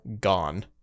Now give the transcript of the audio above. gone